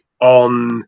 on